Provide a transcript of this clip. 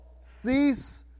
cease